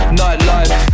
nightlife